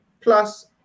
plus